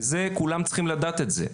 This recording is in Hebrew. וזה כולם צריכים לדעת את זה.